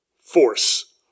force